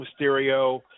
Mysterio